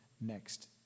next